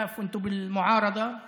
לומר לכם שהייתה לי אכזבה אישית גדולה.